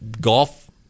golf